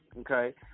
okay